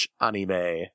anime